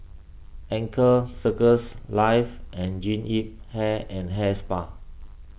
Anchor Circles Life and Jean Yip Hair and Hair Spa